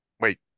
Wait